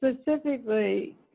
specifically